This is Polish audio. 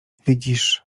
widzisz